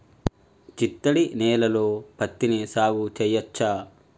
చిత్తడి నేలలో పత్తిని సాగు చేయచ్చా?